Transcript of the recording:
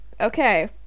okay